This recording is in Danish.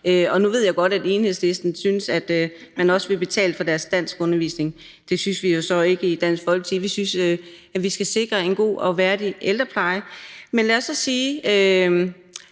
Nu ved jeg godt, at Enhedslisten synes, at man også vil betale for deres danskundervisning. Det synes vi jo så ikke i Dansk Folkeparti. Vi synes, at vi skal sikre en god og værdig ældrepleje. Men lad os så sige,